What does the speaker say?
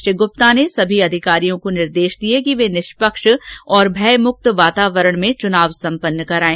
श्री गुप्ता ने सभी अधिकारियों को निर्देश दिए कि वे निष्पक्ष और भयमुक्त वातावरण में चुनाव सम्पन्न कराएं